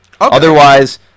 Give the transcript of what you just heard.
Otherwise